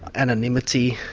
anonymity,